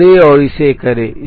जोड़ें और इसे करें